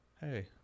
Hey